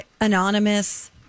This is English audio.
anonymous